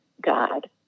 God